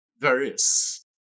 various